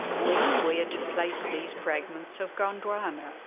when and where to place these fragments of gondwana.